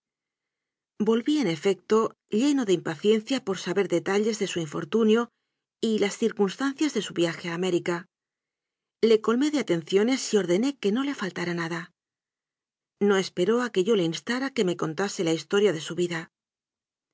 volví con efecto lleno de impaciencia por saber detalles de su infortunio y las circunstan cias de su viaje a américa le colmé de atencio nes y ordené que no le faltara nada no esperó a que yo le instara que me contase la historia de su vida